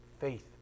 faith